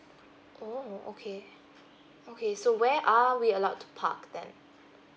oh okay okay so where are we allowed to park then